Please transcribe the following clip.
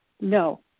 No